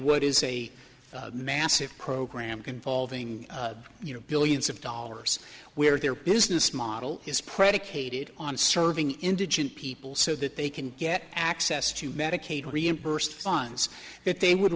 what is a massive program can valving you know billions of dollars where their business model is predicated on serving indigent people so that they can get access to medicaid reimbursed funds if they would